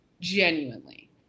genuinely